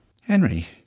Henry